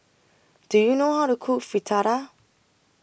Do YOU know How to Cook Fritada